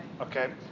okay